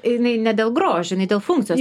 jinai ne dėl grožio jinai dėl funkcijos